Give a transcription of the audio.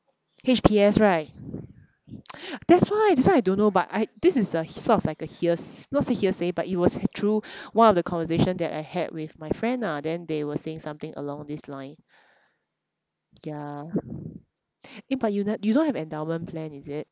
H_P_S right that's why this one I don't know but I this is a sort of like a hears~ not say hearsay but it was through one of the conversation that I had with my friend ah then they were saying something along this line ya eh but you ne~ you don't have endowment plan is it